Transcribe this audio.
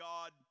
God